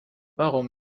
warum